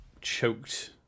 choked